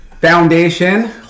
foundation